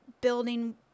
building